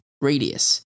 radius